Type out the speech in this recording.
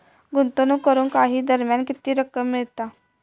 गुंतवणूक करून काही दरम्यान किती रक्कम मिळता?